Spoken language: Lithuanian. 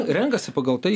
renkasi pagal tai